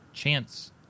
chance